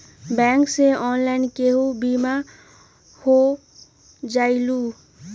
Bank से online केहु बिमा हो जाईलु?